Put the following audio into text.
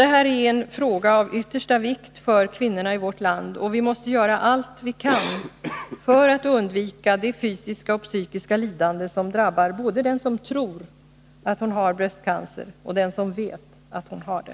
Det här är dock en fråga av yttersta vikt för kvinnorna i vårt land, och vi måste göra allt vad vi kan för att undvika det fysiska och psykiska lidande som drabbar både den som tror att hon har bröstcancer och den som vet att hon har det.